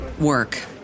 work